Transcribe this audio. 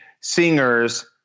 singers